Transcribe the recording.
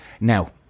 Now